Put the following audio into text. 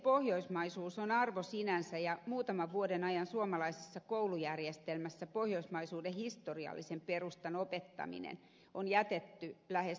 pohjoismaisuus on arvo sinänsä ja muutaman vuoden ajan suomalaisessa koulujärjestelmässä pohjoismaisen historiallisen perustan opettaminen on jätetty lähes täysin pois